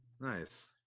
Nice